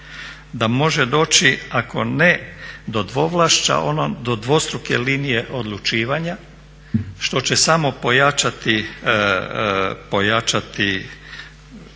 da može doći ako ne do dvovlašća a ono do dvostruke linije odlučivanja što će samo pojačati